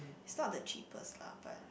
it's not the cheapest lah but